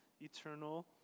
eternal